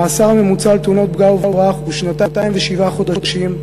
המאסר הממוצע על תאונות פגע-וברח הוא שנתיים ושבעה חודשים,